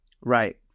Right